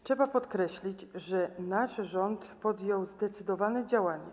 Trzeba podkreślić, że nasz rząd podjął zdecydowane działania.